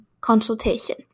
consultation